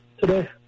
today